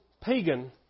pagan